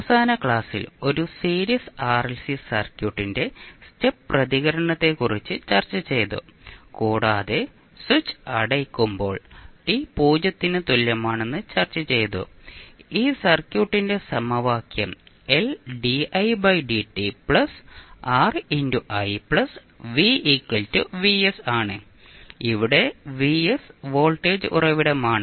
അവസാന ക്ലാസ്സിൽ ഒരു സീരീസ് ആർഎൽസി സർക്യൂട്ടിന്റെ സ്റ്റെപ്പ് പ്രതികരണത്തെക്കുറിച്ച് ചർച്ചചെയ്തു കൂടാതെ സ്വിച്ച് അടയ്ക്കുമ്പോൾ t 0 ന് തുല്യമാണെന്ന് ചർച്ചചെയ്തു ഈ സർക്യൂട്ടിന്റെ സമവാക്യം ആണ് ഇവിടെ Vs വോൾട്ടേജ് ഉറവിടമാണ്